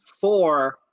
Four